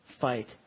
fight